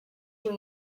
you